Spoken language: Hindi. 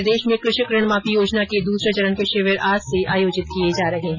प्रदेश में कृषक ऋण माफी योजना के दूसरे चरण के शिविर आज से आयोजित किये जा रहे है